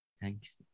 Thanks